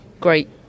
great